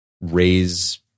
raise